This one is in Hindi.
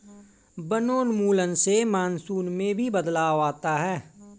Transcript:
वनोन्मूलन से मानसून में भी बदलाव आता है